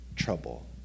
trouble